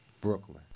Brooklyn